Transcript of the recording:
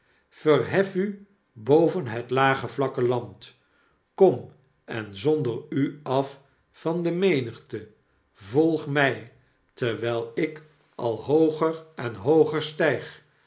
u boven het lage vlakke land kom en zonder u af van de menigte volg mij terwyl ik al hooger en hooger styg